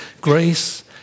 Grace